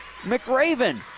McRaven